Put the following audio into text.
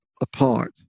apart